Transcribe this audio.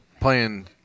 playing